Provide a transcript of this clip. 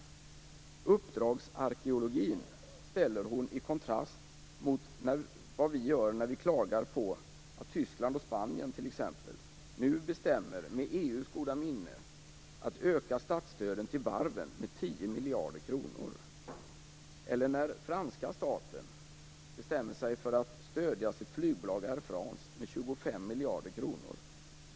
Hon ställer uppdragsarkeologin i kontrast mot vad vi gör när vi klagar på att t.ex. Tyskland och Spanien med EU:s goda minne bestämmer att statsstöden till varven skall ökas med 10 miljarder kronor eller när franska staten bestämmer sig för att stödja sitt flygbolag Air France med 25 miljarder kronor.